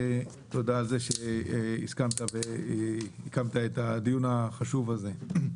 על זה שהסכמת לקיים את הדיון החשוב הזה.